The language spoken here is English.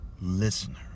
Listener